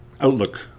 outlook